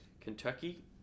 Kentucky